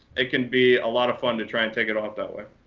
it can be a lot of fun to try and take it off that way.